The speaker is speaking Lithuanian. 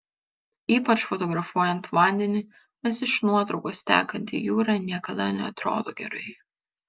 ypač fotografuojant vandenį nes iš nuotraukos tekanti jūra niekada neatrodo gerai